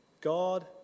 God